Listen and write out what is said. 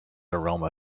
aroma